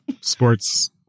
sports